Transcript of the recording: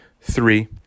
three